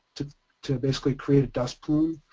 to to basically create a dust plume.